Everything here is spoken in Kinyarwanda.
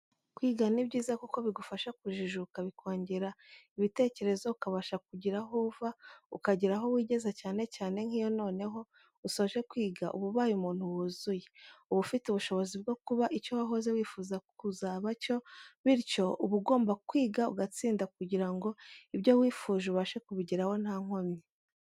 Kwiga ni byiza kuko bigufasha kujijuka bikongera ibitekerezo ukabasha kugira aho uva ukagiraho wigeza cyane cyane nkiyo noneho usoje kwiga uba ubaye Umuntu wuzuye. Uba ufite ubushozi bwo kuba icyo wahoze wifuza kuza cyo bityo uba ugomba kwiga ugatsinda kugira ngo ibyo wifuje ubashe kubigeraho ntankomyi.